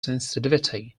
sensitivity